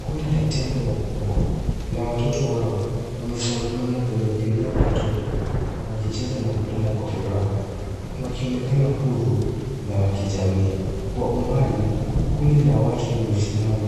Kundi la tembo wakubwa na watoto wao, wamesongamana kwenye eneo la tope wakicheza na kulala kwa furaha wakionekana huru, na wakijamii. Kwa umbali kundi la watu limesimama